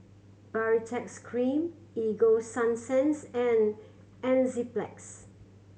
Baritex Cream Ego Sunsense and Enzyplex